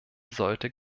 sollte